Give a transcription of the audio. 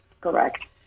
Correct